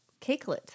Cakelet